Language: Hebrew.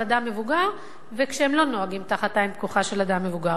אדם מבוגר או לא נוהגים תחת עין פקוחה של אדם מבוגר.